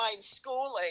schooling